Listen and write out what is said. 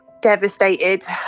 Devastated